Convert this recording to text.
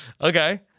Okay